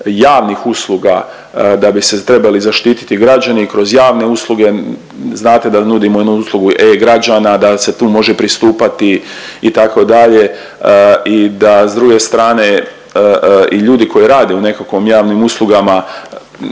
javnih usluga, da bi se trebali zaštiti građani kroz javne usluge, znate da nudimo jednu uslugu e-građana da se tu može pristupati itd. i da s druge strane i ljudi koji rade u nekakvim javnim uslugama,